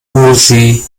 osi